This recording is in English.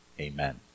Amen